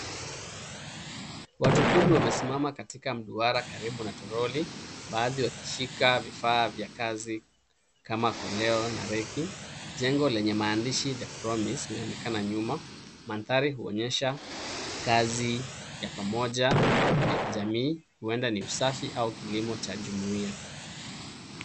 Watu kumi wamesimama katika mduara karibu na troli baadhi wakishika vifaa vya kazi kama kolea na rake . Jengo lenye maandishi the promise linaonekana nyuma mandhari kuonyesha kazi ya pamoja ya kijamii huenda ni usafi au kilimo cha jumuia.